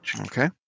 Okay